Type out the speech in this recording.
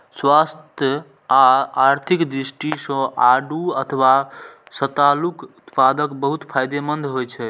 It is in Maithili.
स्वास्थ्य आ आर्थिक दृष्टि सं आड़ू अथवा सतालूक उत्पादन बहुत फायदेमंद होइ छै